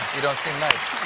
you don't seem nice.